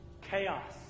Chaos